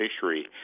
fishery